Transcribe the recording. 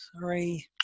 Sorry